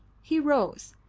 he rose,